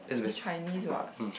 it's Chinese what